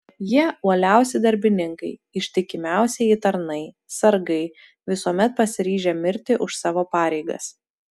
jie uoliausi darbininkai ištikimiausieji tarnai sargai visuomet pasiryžę mirti už savo pareigas